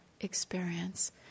experience